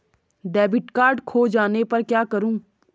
Debit card खो जाने पर क्या करूँ?